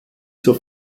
zur